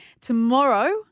Tomorrow